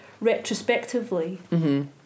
retrospectively